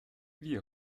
wie